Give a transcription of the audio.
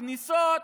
הכניסות